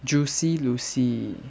juicy lucy